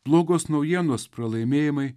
blogos naujienos pralaimėjimai